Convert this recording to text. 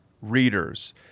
readers